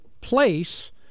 place